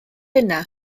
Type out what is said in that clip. yna